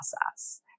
process